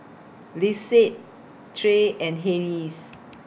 Lisette Trey and Hayes